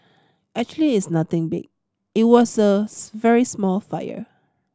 actually it's nothing big it was a very small fire